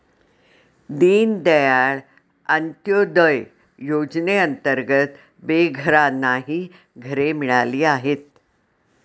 दीनदयाळ अंत्योदय योजनेअंतर्गत बेघरांनाही घरे मिळाली आहेत